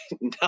No